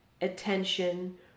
attention